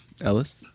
ellis